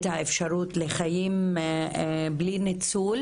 את האפשרות לחיים בלי ניצול,